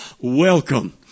welcome